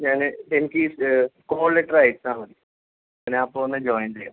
ഞാൻ എനിക്കീ call letter അയച്ചാൽ മതി ഞാനപ്പോൾ വന്ന് ജോയിൻ ചെയ്യാം